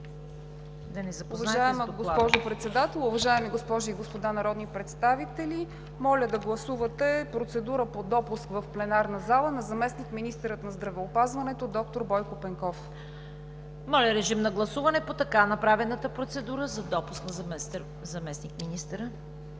да ни запознаете с Доклада.